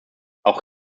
auch